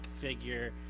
figure